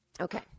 Okay